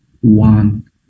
one